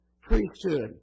priesthood